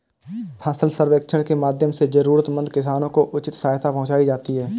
फसल सर्वेक्षण के माध्यम से जरूरतमंद किसानों को उचित सहायता पहुंचायी जाती है